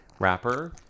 Wrapper